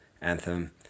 Anthem